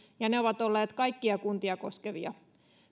ja ne ovat olleet kaikkia kuntia koskevia